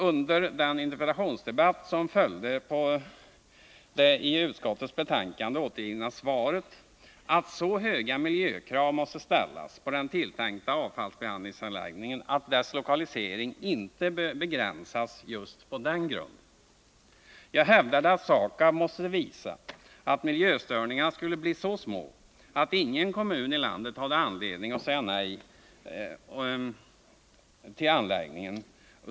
Under den interpellationsdebatt som följde på det i utskottsbetänkandet återgivna svaret framhöll jag att så stora miljökrav måste ställas på den tilltänkta avfallsbehandlingsanläggningen att dess lokalisering inte begränsas på just den grunden. Jag hävdade att SAKAB måste visa att miljöförstöringarna skulle bli så små att ingen kommun i landet hade anledning att neka att ta emot anläggningen.